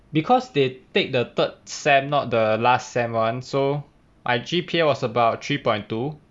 because they take the third semester not the last semester one so I G_P_A was about three point two